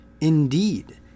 Indeed